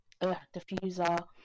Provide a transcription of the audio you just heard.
diffuser